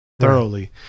thoroughly